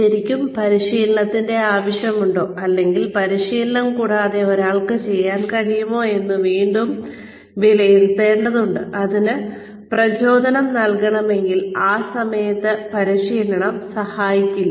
ശരിക്കും പരിശീലനത്തിന്റെ ആവശ്യമുണ്ടോ അല്ലെങ്കിൽ പരിശീലനം കൂടാതെ ഒരാൾക്ക് ചെയ്യാൻ കഴിയുമോ എന്ന് വീണ്ടും വിലയിരുത്തേണ്ടതുണ്ട് അവർക്ക് പ്രചോദനം നൽകണമെങ്കിൽ ആ സമയത്ത് പരിശീലനം സഹായിക്കില്ല